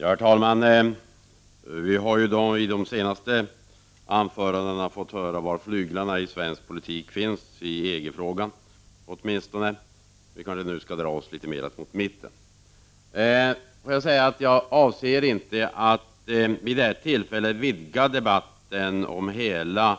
Herr talman! Vi har ju i de senaste anförandena fått höra var flyglarna i svensk politik finns i EG-frågan. Låt mig nu dra debatten litet mera mot mitten. Jag tänker inte vid detta tillfälle vidga debatten till att avse hela